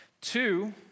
Two